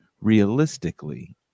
realistically